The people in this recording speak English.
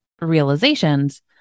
realizations